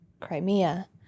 Crimea